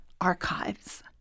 Archives